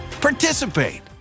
participate